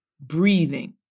breathing